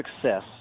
success